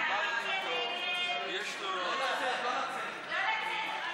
ההצעה להעביר לוועדה את הצעת חוק אימוץ ילדים (תיקון,